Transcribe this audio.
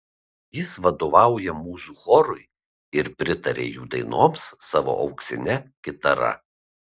jis vadovauja mūzų chorui ir pritaria jų dainoms savo auksine kitara